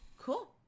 cool